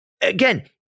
again